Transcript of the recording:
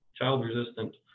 child-resistant